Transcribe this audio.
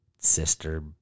Sister